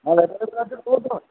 available আছে